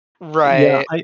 Right